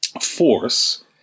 force